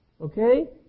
Okay